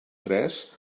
tres